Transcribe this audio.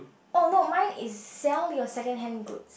oh no mine is sell your second hand goods